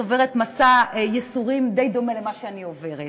עוברת מסע ייסורים די דומה למה שאני עוברת.